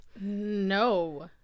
No